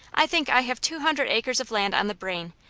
i think i have two hundred acres of land on the brain,